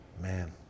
Man